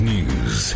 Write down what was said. News